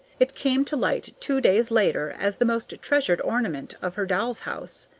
it came to light two days later as the most treasured ornament of her doll's-house.